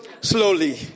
slowly